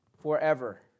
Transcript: forever